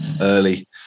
early